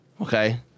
okay